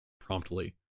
promptly